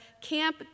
camp